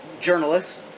journalists